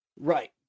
right